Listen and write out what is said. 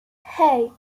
hey